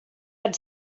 had